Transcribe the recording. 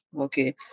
Okay